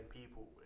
people